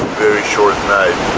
very short night